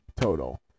total